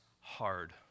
hard